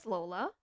Lola